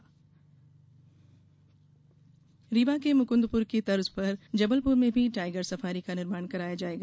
tiger safari Rewa के मुकंदपुर की तर्ज पर जबलपुर में भी टाइगर सफारी का निर्माण कराया जाएगा